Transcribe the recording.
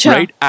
Right